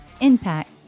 impact